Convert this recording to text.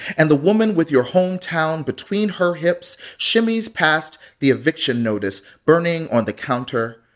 and the woman with your hometown between her hips shimmies past the eviction notice burning on the counter,